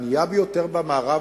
הענייה ביותר במערב,